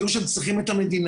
שיידעו שהם צריכים את המדינה,